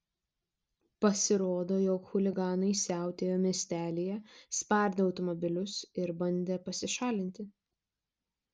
pasirodo jog chuliganai siautėjo miestelyje spardė automobilius ir bandė pasišalinti